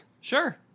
Sure